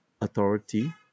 authority